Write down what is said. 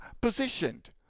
positioned